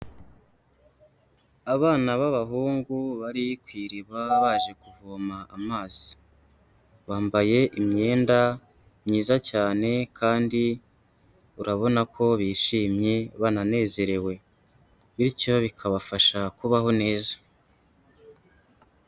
Abana b'abahungu bari ku iriba baje kuvoma amazi. Bambaye imyenda myiza cyane kandi urabona ko bishimye, bananezerewe, bityo bikabafasha kubaho neza.